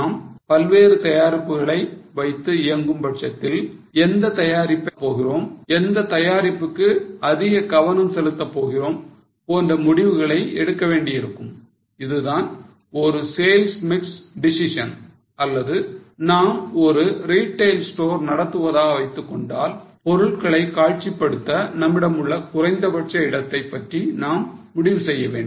நாம் பல்வேறு தயாரிப்புகளை வைத்து இயங்கும் பட்சத்தில் எந்த தயாரிப்பை நாம் வலியுறுத்தப் போகிறோம் எந்த தயாரிப்புக்கு அதிக கவனம் செலுத்தப் போகிறோம் போன்ற முடிவுகளை எடுக்க வேண்டியிருக்கும் இதுதான் ஒரு sales mix decision அல்லது நாம் ஒரு retail store நடத்துவதாக வைத்துக்கொண்டால் பொருள்களை காட்சிப்படுத்த நம்மிடமுள்ள குறைந்தபட்ச இடத்தைப் பற்றி நாம் முடிவு செய்ய வேண்டும்